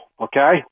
Okay